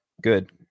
good